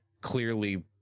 clearly